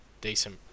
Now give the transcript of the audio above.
decent